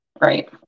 Right